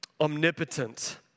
omnipotent